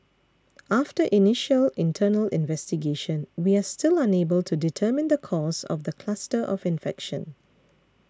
after initial internal investigation we are still unable to determine the cause of the cluster of infection